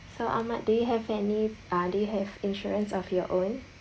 so ahmad do you have any uh do you have insurance of your own